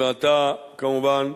ואתה כמובן,